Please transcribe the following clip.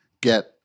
get